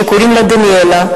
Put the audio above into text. שקוראים לה דניאלה,